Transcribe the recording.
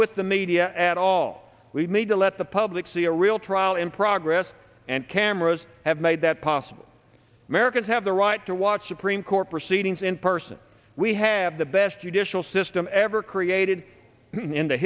with the media at all we need to let the public see a real trial in progress and cameras have made that possible americans have the right to watch supreme court proceedings in person we have the best you dish will system ever created in the